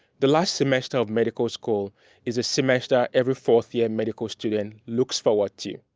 the last semester of medical school is a semester every fourth year medical student looks forward to.